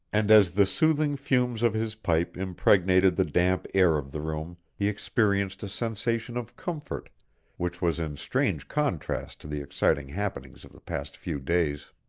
and as the soothing fumes of his pipe impregnated the damp air of the room he experienced a sensation of comfort which was in strange contrast to the exciting happenings of the past few days.